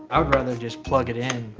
i would rather just plug it in